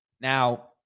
Now